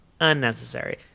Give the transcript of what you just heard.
Unnecessary